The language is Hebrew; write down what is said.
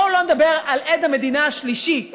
בואו לא נדבר על עד המדינה השלישי,